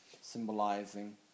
symbolizing